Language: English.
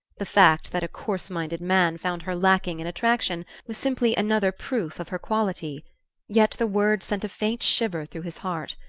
the fact that a coarseminded man found her lacking in attraction was simply another proof of her quality yet the words sent a faint shiver through his heart.